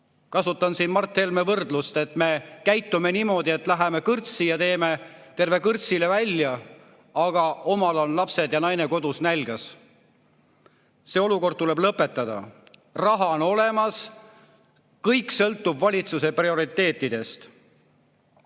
Kasutan siin Mart Helme võrdlust, et me käitume niimoodi, et läheme kõrtsi ja teeme tervele kõrtsile välja, aga omal on lapsed ja naine kodus näljas. See olukord tuleb lõpetada. Raha on olemas, kõik sõltub valitsuse prioriteetidest.